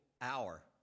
hour